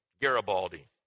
Garibaldi